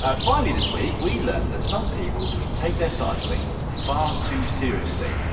ah finally this week, we learned that some people take their cycling far too seriously.